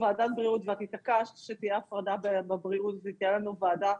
ואת התעקשת שתהיה הפרדה של הבריאות ושתהיה לנו ועדה,